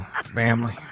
family